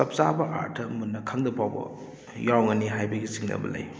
ꯆꯞ ꯆꯥꯕ ꯑꯥꯔꯊ ꯃꯨꯟꯅ ꯈꯪꯗꯕ ꯐꯥꯎꯕ ꯌꯥꯎꯔꯝꯒꯅꯤ ꯍꯥꯏꯕꯒꯤ ꯆꯤꯡꯅꯕ ꯂꯩ